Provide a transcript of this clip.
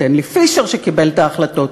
סטנלי פישר שקיבל את ההחלטות,